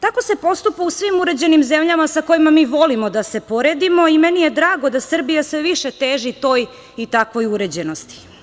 Tako se postupa u svim uređenim zemljama sa kojima mi volimo da se poredimo i meni je drago da Srbija se više teži toj i takvoj uređenosti.